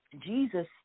Jesus